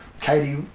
katie